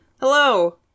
Hello